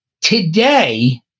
Today